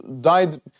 died